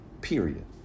period